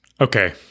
Okay